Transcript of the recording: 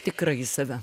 tikrąjį save